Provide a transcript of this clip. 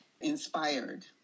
inspired